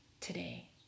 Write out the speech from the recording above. today